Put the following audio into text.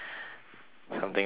something very funny